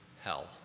hell